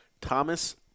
Thomas